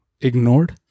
ignored